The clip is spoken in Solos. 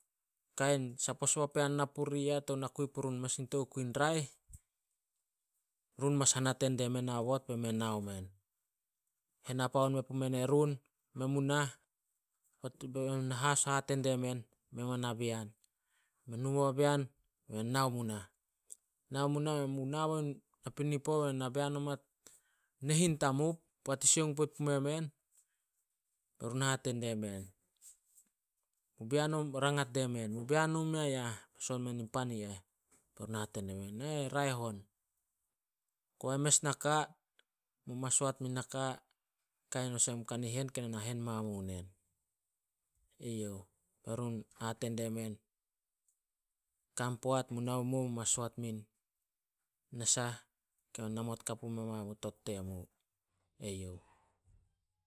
Kain, sapos papean na puri yah tou nakui puri run mes in tokui raeh, run mas hanate die men aobot be men nao men. Henapoan me pumen erun, men mu nah, hate die men ma na bean. Men nu muo bean be men nao munah. Nao munah, men mu nabo napinipo be men na bean oma nehin tamup. Sioung poit pume men, be run hate die men, rangat die men, "Mu bean omu mea yah?" Men son men in pan i eh. Hate die men, "Ah, raeh on. Koba mes naka, mu mas soat mui naka, kain olsem kanihen, ke na hen mamu nen, eyouh. "Be run hate die men, "Kan poat mu nao mu, mu mas soat mu nasah ke hanamot kapu me mamu tot temu, eyouh.